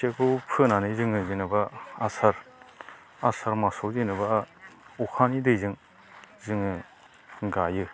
खोथियाखौ फोनानै जोङो जेन'बा आसार आसार मासाव जेन'बा अखानि दैजों जोङो गायो